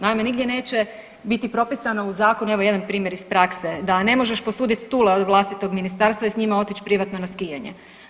Naime, nigdje neće biti propisano u zakonu, evo jedan primjer iz prakse, da ne možeš posudit ... vlastitog ministarstva i s njima otići privatno na skijanje.